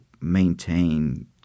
maintain